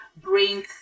bring